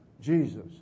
Jesus